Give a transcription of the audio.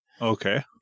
okay